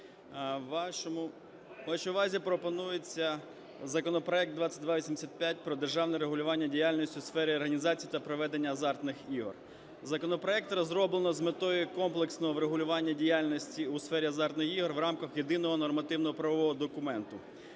вашій увазі пропонується законопроект 2285 про державне регулювання діяльності у сфері організації та проведення азартних ігор. Законопроект розроблено з метою комплексного врегулювання діяльності у сфері азартних ігор в рамках єдиного нормативно-правового документа.